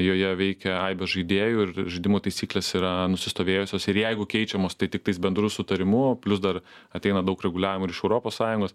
joje veikia aibė žaidėjų ir žaidimo taisyklės yra nusistovėjusios ir jeigu keičiamos tai tiktais bendru sutarimu plius dar ateina daug reguliavimų ir iš europos sąjungos